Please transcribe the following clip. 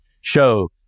show